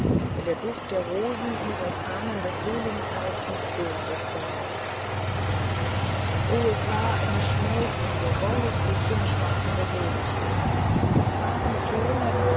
wenn der duft der rose ihr das ahnende frühlingsherz mit sehnsucht berauscht oh das war eine schmelzende wollüstig hinschmachtende seligkeit das waren töne